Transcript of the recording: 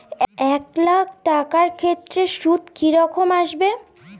এক লাখ টাকার ক্ষেত্রে সুদ কি রকম আসবে?